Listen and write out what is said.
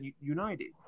United